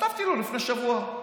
כתבתי לו לפני שבוע-שבועיים.